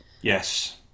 yes